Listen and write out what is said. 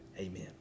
amen